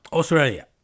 Australia